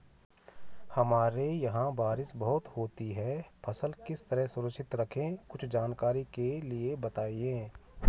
हमारे यहाँ बारिश बहुत होती है फसल किस तरह सुरक्षित रहे कुछ जानकारी के लिए बताएँ?